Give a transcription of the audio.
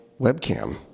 webcam